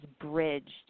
bridged